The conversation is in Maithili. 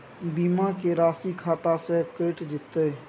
बीमा के राशि खाता से कैट जेतै?